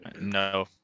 No